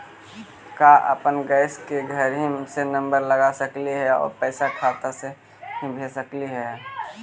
का अपन गैस के घरही से नम्बर लगा सकली हे और पैसा खाता से ही भेज सकली हे?